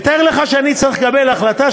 ותאר לך שאני צריך לקבל החלטה,